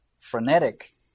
frenetic